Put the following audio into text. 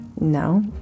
No